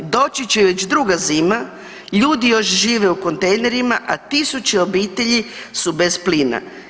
Doći će već druga zima, ljudi još žive u kontejnerima, a tisuće obitelji su bez plina.